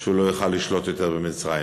שהוא לא יוכל לשלוט יותר במצרים.